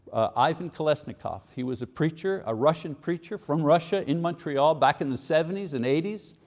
ivan kolesnikov. he was a preacher. a russian preacher from russia in montreal, back in the seventy s and eighty s,